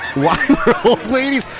why were old ladies?